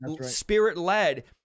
spirit-led